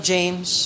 James